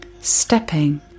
stepping